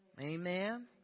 Amen